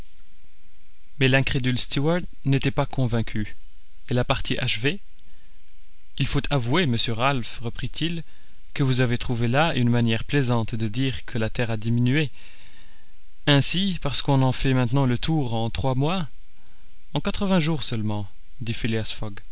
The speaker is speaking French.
mais l'incrédule stuart n'était pas convaincu et la partie achevée il faut avouer monsieur ralph reprit-il que vous avez trouvé là une manière plaisante de dire que la terre a diminué ainsi parce qu'on en fait maintenant le tour en trois mois en quatre-vingts jours seulement dit